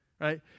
right